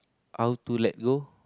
how to let go